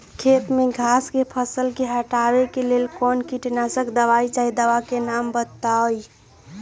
खेत में घास के फसल से हटावे के लेल कौन किटनाशक दवाई चाहि दवा का नाम बताआई?